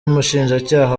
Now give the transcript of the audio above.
umushinjacyaha